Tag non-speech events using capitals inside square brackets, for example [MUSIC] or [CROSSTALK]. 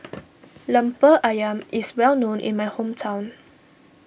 [NOISE] Lemper Ayam is well known in my hometown